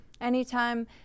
Anytime